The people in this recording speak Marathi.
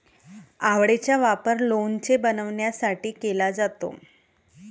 आवळेचा वापर लोणचे बनवण्यासाठी केला जातो